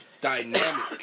Dynamic